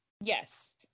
Yes